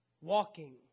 walking